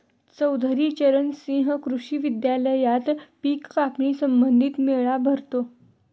चौधरी चरण सिंह कृषी विद्यालयात पिक कापणी संबंधी मेळा भरतो